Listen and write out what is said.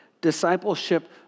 discipleship